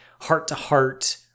heart-to-heart